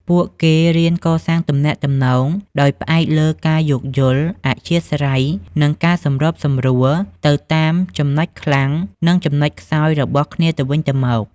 ពួកគេរៀនកសាងទំនាក់ទំនងដោយផ្អែកលើការយោគយល់ អធ្យាស្រ័យ និងការសម្របសម្រួលទៅតាមចំណុចខ្លាំង និងចំណុចខ្សោយរបស់គ្នាទៅវិញទៅមក។